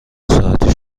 ساعتی